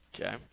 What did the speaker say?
Okay